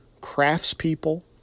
craftspeople